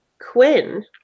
Quinn